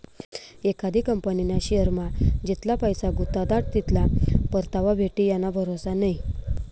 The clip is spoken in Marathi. एखादी कंपनीना शेअरमा जितला पैसा गुताडात तितला परतावा भेटी याना भरोसा नै